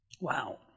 wow